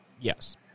yes